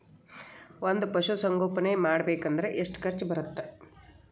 ಒಂದ್ ಪಶುಸಂಗೋಪನೆ ಮಾಡ್ಬೇಕ್ ಅಂದ್ರ ಎಷ್ಟ ಖರ್ಚ್ ಬರತ್ತ?